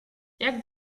jak